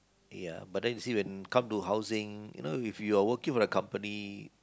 ya but then you see when come to housing if you are working for the company